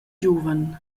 giuven